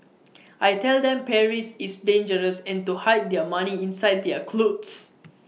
I tell them Paris is dangerous and to hide their money inside their clothes